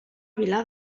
vilar